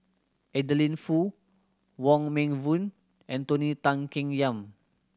Adeline Foo Wong Meng Voon and Tony Tan Keng Yam